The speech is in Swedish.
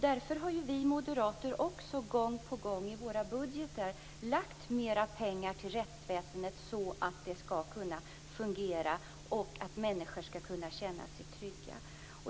Därför har vi moderater också gång på gång i våra budgetar lagt mer pengar till rättsväsendet så att det skall kunna fungera och människor känna sig trygga.